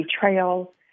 betrayal